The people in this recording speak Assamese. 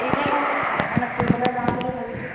এই এফালে ফুৰিবলৈ যাওঁ বুলি ভাবিছোঁ